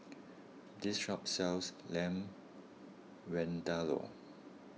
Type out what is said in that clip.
this shop sells Lamb Vindaloo